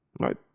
Right